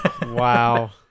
Wow